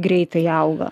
greitai auga